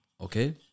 okay